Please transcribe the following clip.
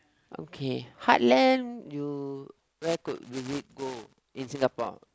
okay heartland you where to visit go in Singapore